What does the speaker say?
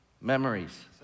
Memories